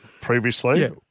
previously